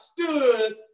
stood